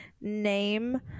name